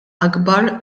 akbar